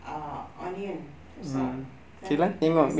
ah onion that's all then the rest